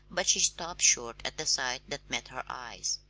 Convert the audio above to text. but she stopped short at the sight that met her eyes.